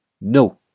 No